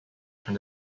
from